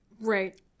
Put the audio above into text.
Right